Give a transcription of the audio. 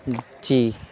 جی